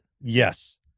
Yes